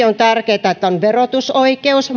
on tärkeää että on verotusoikeus